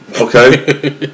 Okay